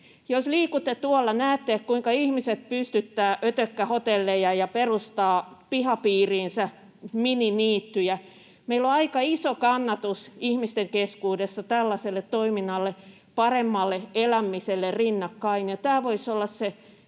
Jos liikutte tuolla, näette, kuinka ihmiset pystyttävät ötökkähotelleja ja perustavat pihapiiriinsä mininiittyjä. Meillä on aika iso kannatus ihmisten keskuudessa tällaiselle toiminnalle, paremmalle elämiselle rinnakkain, ja tämä voisi olla se